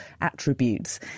attributes